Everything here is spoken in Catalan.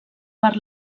per